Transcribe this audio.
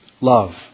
Love